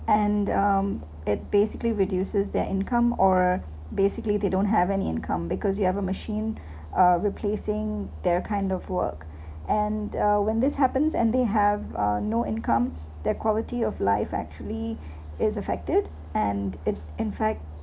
and um it basically reduces their income or basically they don't have any income because you have a machine uh replacing their kind of work and when this happens and they have uh no income their quality of life actually is affected and it in fact